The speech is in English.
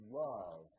love